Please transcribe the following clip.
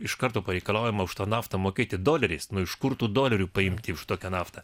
iš karto pareikalaujama už tą naftą mokėti doleriais nu iš kur tų dolerių paimti už tokią naftą